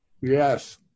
Yes